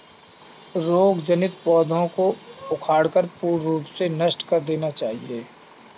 रोग जनित पौधों को उखाड़कर पूर्ण रूप से नष्ट कर देना चाहिये